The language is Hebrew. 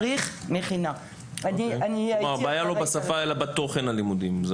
לדברייך אין הבעיה בשפה אלא בתוכן הלימודים.